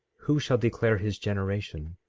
who shall declare his generation?